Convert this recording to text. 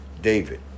David